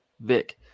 Vic